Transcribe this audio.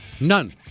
None